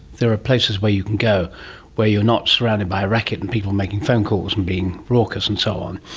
there are places where you can go where you are not surrounded by racket and people making phone calls and being raucous and so on.